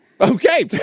Okay